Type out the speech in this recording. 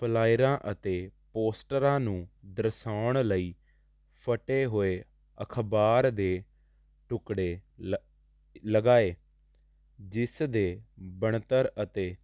ਫਲਾਇਰਾਂ ਅਤੇ ਪੋਸਟਰਾਂ ਨੂੰ ਦਰਸਾਉਣ ਲਈ ਫਟੇ ਹੋਏ ਅਖ਼ਬਾਰ ਦੇ ਟੁਕੜੇ ਲ ਲਗਾਏ ਜਿਸ ਦੇ ਬਣਤਰ ਅਤੇ